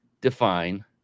define